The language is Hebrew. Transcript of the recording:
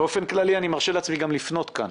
באופן כללי אני גם מרשה לעצמי לפנות כאן